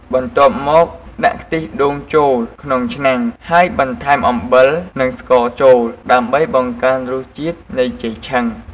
បន្ទាប់មក ដាក់ខ្ទិះដូងចូលក្នុងឆ្នាំង ហើយបន្ថែមអំបិល និងស្ករចូល ដើម្បីបង្កើតរសជាតិនៃចេកឆឹង។